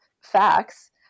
facts